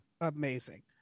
amazing